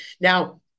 Now